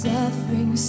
Suffering